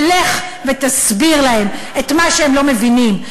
ולך ותסביר להן את מה שהם לא מבינים,